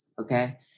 okay